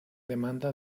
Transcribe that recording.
demanda